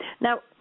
Now